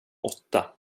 åtta